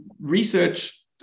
research